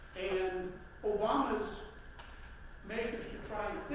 and obama's manages to try and